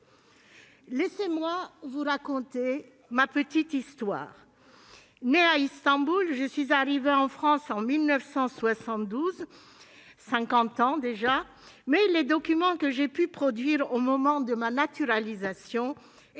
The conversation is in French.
Laissez-moi vous raconter ma petite histoire. Née à Istanbul, je suis arrivée en France en 1972, il y a cinquante ans déjà. Or les documents que j'ai pu produire au moment de ma naturalisation